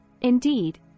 Indeed